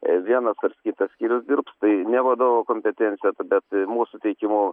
vienas ars kitas skyrius dirbs tai ne vadovo kompetencija bet mūsų teikimu